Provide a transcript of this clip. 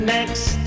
Next